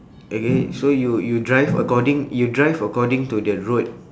okay so you you drive according you drive according to the road